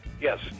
Yes